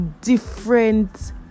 different